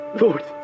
Lord